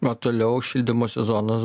o toliau šildymo sezonas